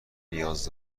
نیاز